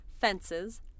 fences